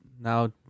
now